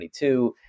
2022